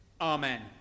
Amen